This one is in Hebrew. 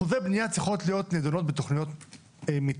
אחוזי בנייה צריכות להיות נדונות בתכנית מתאר